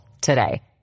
today